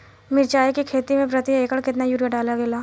मिरचाई के खेती मे प्रति एकड़ केतना यूरिया लागे ला?